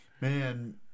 Man